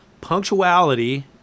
Punctuality